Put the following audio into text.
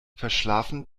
verschlafen